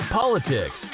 politics